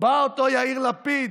בא אותו יאיר לפיד,